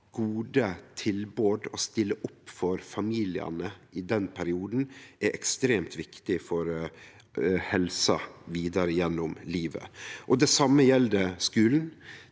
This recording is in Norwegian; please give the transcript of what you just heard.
gode tilbod og stille opp for familiane i den perioden, er ekstremt viktig for helsa vidare gjennom livet. Det same gjeld skulen,